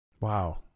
Wow